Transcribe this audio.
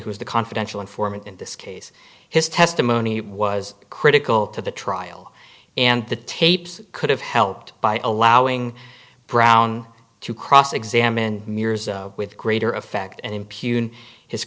was the confidential informant in this case his testimony was critical to the trial and the tapes could have helped by allowing brown to cross examine mears with greater effect